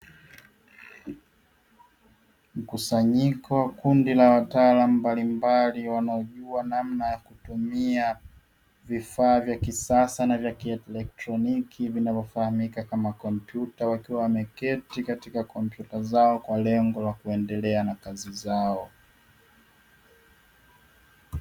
Mkusanyiko wa kundi la wataalamu mbalimbali wanaojua namna ya kutumia vifaa vya kisasa na vya kieletroniki vinavyofahamika kama kompyuta, wakiwa wameketi katika kompyuta zao kwa lengo la kuendelea na kazi zao.